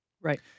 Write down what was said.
right